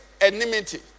enmity